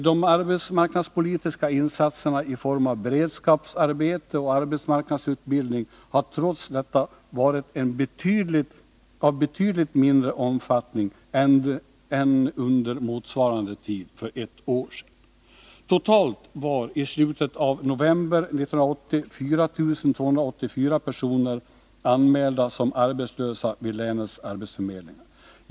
De arbetsmarknadspolitiska insatserna i form av beredskapsarbete och arbetsmarknadsutbildning har trots detta varit av betydligt mindre omfattning än under motsvarande tid för ett år sedan. Islutet av november 1980 var totalt 4 284 personer anmälda som arbetslösa vid länets arbetsförmedlingar.